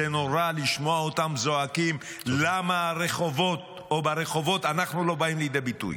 זה נורא לשמוע אותם זועקים למה ברחובות אנחנו לא באים לידי ביטוי,